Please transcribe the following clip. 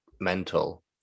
mental